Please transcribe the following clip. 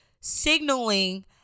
signaling